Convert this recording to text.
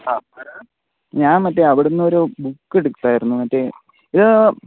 ഞാൻ മറ്റെ അവിടെ നിന്നൊരു ബുക്കെടുത്തായിരുന്നു മറ്റെ ഇത്